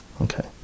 okay